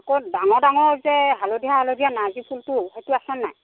আকৌ ডাঙৰ ডাঙৰ যে হালধীয়া হালধীয়া নাৰ্জী ফুলটো সেইটো আছেনে নাই